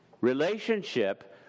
relationship